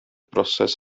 broses